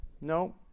No